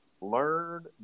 learn